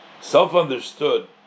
self-understood